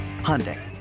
Hyundai